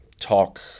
Talk